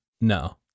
No